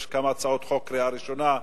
יש כמה הצעות חוק לקריאה ראשונה.